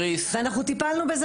ואנחנו טיפלנו בזה